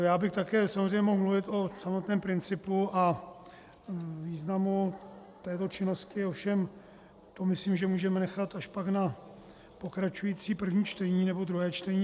Já bych také samozřejmě mohl mluvit o samotném principu a významu této činnosti, ovšem to myslím, že můžeme nechat až na pokračující první čtení nebo druhé čtení.